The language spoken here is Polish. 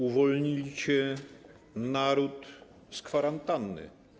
Uwolnijcie naród z kwarantanny.